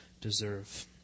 deserve